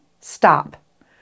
stop